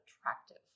attractive